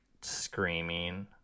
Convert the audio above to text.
screaming